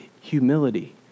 humility